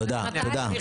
ממתי?